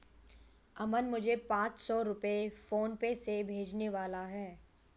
अमन मुझे पांच सौ रुपए फोनपे से भेजने वाला है